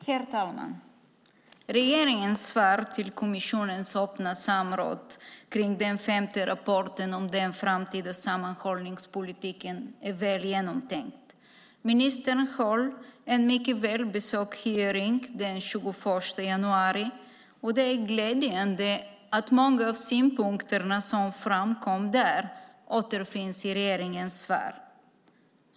Herr talman! Regeringens svar på kommissionens öppna samråd kring den femte rapporten om den framtida sammanhållningspolitiken är väl genomtänkt. Ministern höll en mycket välbesökt hearing den 21 januari, och det är glädjande att många av de synpunkter som framkom där återfinns i regeringens svar.